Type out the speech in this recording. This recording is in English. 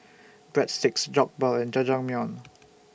Breadsticks Jokbal and Jajangmyeon